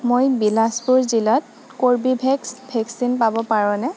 মই বিলাসপুৰ জিলাত Corbevax vaccine পাব পাৰোঁনে